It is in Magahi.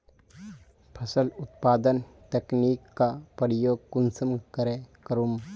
फसल उत्पादन तकनीक का प्रयोग कुंसम करे करूम?